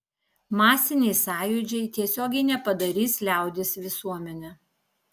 masiniai sąjūdžiai tiesiogiai nepadarys liaudies visuomene